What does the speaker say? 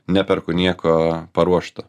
neperku nieko paruošto